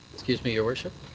excuse me, your worship?